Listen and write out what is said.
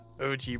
OG